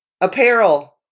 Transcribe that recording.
apparel